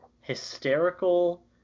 hysterical